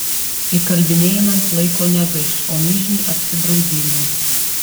įkalbinėjimams laiko negaiš o mižniai apsidraudimui